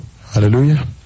Hallelujah